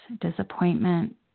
disappointment